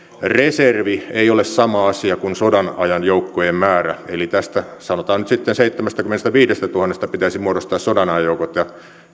reservi ei ole sama asia kuin sodanajan joukkojen määrä eli tästä sanotaan nyt sitten seitsemästäkymmenestäviidestätuhannesta pitäisi muodostaa sodanajan joukot ja